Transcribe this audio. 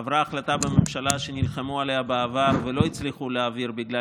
עברה החלטה בממשלה שנלחמו עליה בעבר ולא הצליחו להעביר בגלל